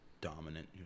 dominant